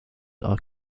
are